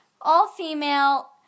all-female